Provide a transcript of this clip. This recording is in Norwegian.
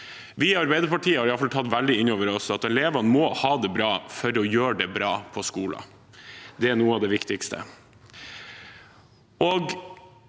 Vi i Arbeiderpartiet har iallfall tatt veldig inn over oss at elevene må ha det bra for å gjøre det bra på skolen. Det er noe av det viktigste.